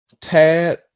Tad